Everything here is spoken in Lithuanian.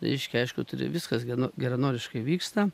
reiškia aišku turi viskas gena geranoriškai vyksta